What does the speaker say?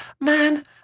man